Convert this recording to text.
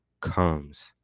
comes